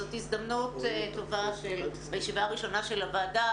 זאת הזדמנות טובה בישיבה הראשונה של הוועדה